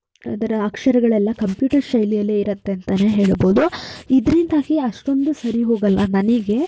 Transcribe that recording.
ಅದರ ಅಕ್ಷರಗಳೆಲ್ಲ ಕಂಪ್ಯೂಟರ್ ಶೈಲಿಯಲ್ಲೇ ಇರುತ್ತೆ ಅಂತಲೇ ಹೇಳ್ಬೌದು ಇದರಿಂದಾಗಿ ಅಷ್ಟೊಂದು ಸರಿ ಹೋಗೋಲ್ಲ ನನಗೆ